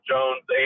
Jones